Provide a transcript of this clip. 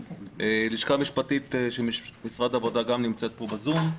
הלשכה המשפטית של משרד העבודה גם נמצאת פה בזום.